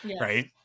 right